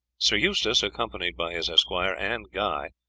sir eustace, accompanied by his esquire and guy,